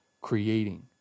creating